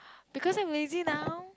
because I am lazy now